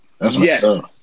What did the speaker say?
Yes